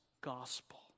gospel